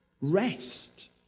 rest